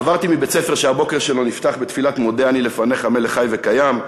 עברתי מבית-ספר שהבוקר שלו נפתח בתפילת "מודה אני לפניך מלך חי וקיים"